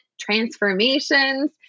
transformations